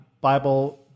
Bible